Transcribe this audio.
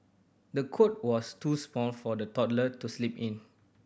the cot was too small for the toddler to sleep in